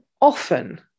often